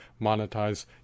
monetize